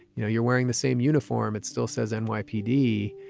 you know you're wearing the same uniform. it still says and nypd.